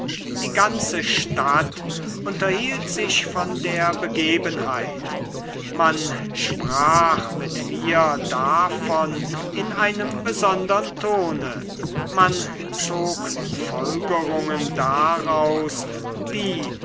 die ganze stadt unterhielt sich von der begebenheit man sprach mit mir davon in einem besondern tone man zog folgerungen daraus die